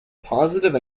positive